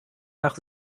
nach